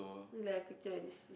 picture at this